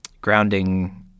grounding